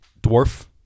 dwarf